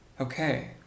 okay